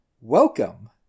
Welcome